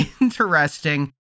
interesting